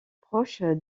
proches